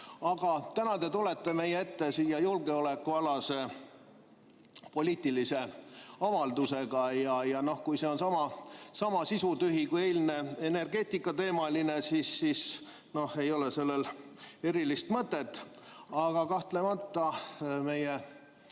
Aga täna te tulete meie ette julgeolekualase poliitilise avaldusega ja kui see on sama sisutühi kui eilne energeetikateemaline, siis ei ole sellel erilist mõtet. Aga kahtlemata meie